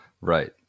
Right